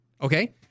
okay